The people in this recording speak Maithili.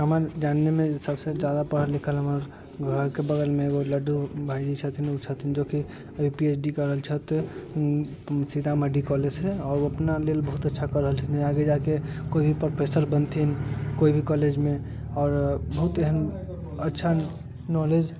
हमर जाननेमे जे सबसँ जादा पढ़ल लिखल हमर घरके बगलमे एगो लड्डू भायजी छथिन उ छथिन जो कि अभी पी एच डी कऽ रहल छथि सीतामढ़ी कॉलेजसँ आओर ओ अपना लेल बहुत अच्छा कऽ रहल छथिन आगे जाके कोई भी प्रोफेसर बनथिन कोइ भी कॉलेजमे आओर बहुत एहन अच्छा नॉलेज